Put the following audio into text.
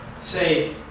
say